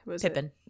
Pippin